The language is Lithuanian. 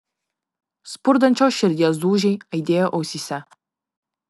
spurdančios širdies dūžiai aidėjo ausyse